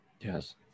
Yes